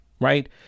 Right